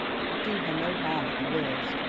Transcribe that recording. it would do her no harm at the worst.